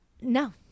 No